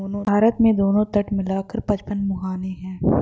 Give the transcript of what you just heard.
भारत में दोनों तट मिला कर पचपन मुहाने हैं